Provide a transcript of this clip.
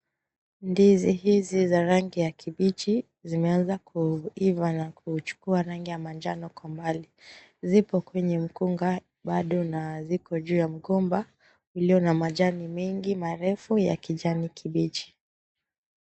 Ndizi hizi za rangi ya kibichi zimeanza kuiva na kuchukua rangi ya manjano kwa mbali. Zipo kwenye mkunga bado na ziko juu ya mkunga ulio na majani mingi marefu ya kijani kibichi.